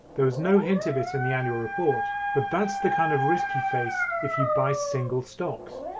there is no hint of it in the annual report but that's the kind of risk you face if you buy single stocks.